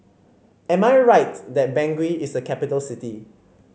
am I right that Bangui is a capital city